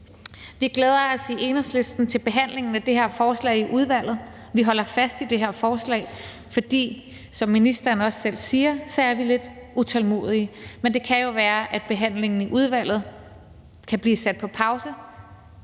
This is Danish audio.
Vi glæder os i Enhedslisten til behandlingen af det her forslag i udvalget. Vi holder fast i det her forslag, for som ministeren også selv siger, er vi lidt utålmodige. Men det kan jo være, at behandlingen i udvalget kan blive sat på pause,